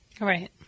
Right